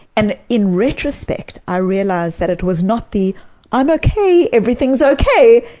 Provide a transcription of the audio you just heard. and in retrospect, i realized that it was not the i'm okay, everything's okay!